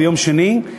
ביום שני,